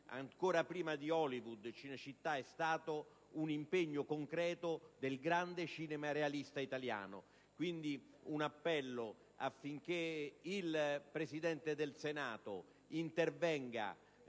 Ancora prima di Hollywood, Cinecittà è stato un impegno concreto del grande cinema realista italiano. Quindi, rivolgo un appello affinché il Presidente del Senato intervenga